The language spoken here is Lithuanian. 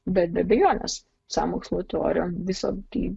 bet be abejonės sąmokslo teorijom visa tai